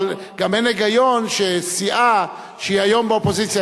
אבל גם אין היגיון שסיעה שהיא היום באופוזיציה,